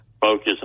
focus